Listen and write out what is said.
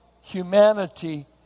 humanity